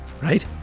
right